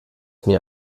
mir